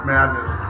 Madness